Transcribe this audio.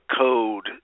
code